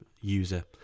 user